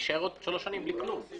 אלא בעוד שלוש שנים נישאר בלי כלום.